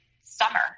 summer